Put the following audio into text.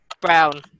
Brown